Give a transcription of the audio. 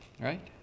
right